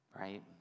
right